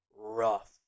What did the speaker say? rough